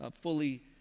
fully